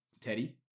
Teddy